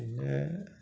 പിന്നെ